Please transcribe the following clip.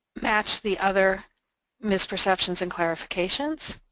match the other misperceptions and clarifications.